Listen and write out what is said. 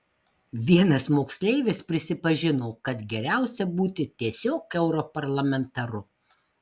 vienas moksleivis prisipažino kad geriausia būti tiesiog europarlamentaru